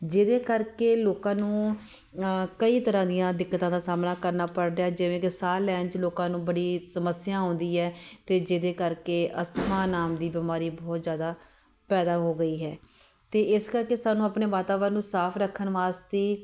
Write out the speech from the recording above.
ਜਿਹਦੇ ਕਰਕੇ ਲੋਕਾਂ ਨੂੰ ਕਈ ਤਰ੍ਹਾਂ ਦੀਆਂ ਦਿੱਕਤਾਂ ਦਾ ਸਾਹਮਣਾ ਕਰਨਾ ਪੜ ਰਿਹਾ ਜਿਵੇਂ ਕਿ ਸਾਹ ਲੈਣ 'ਚ ਲੋਕਾਂ ਨੂੰ ਬੜੀ ਸਮੱਸਿਆ ਆਉਂਦੀ ਹੈ ਅਤੇ ਜਿਹਦੇ ਕਰਕੇ ਅਸਥਮਾ ਨਾਮ ਦੀ ਬਿਮਾਰੀ ਬਹੁਤ ਜ਼ਿਆਦਾ ਪੈਦਾ ਹੋ ਗਈ ਹੈ ਅਤੇ ਇਸ ਕਰਕੇ ਸਾਨੂੰ ਆਪਣੇ ਵਾਤਾਵਰਨ ਨੂੰ ਸਾਫ਼ ਰੱਖਣ ਵਾਸਤੇ